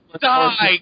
die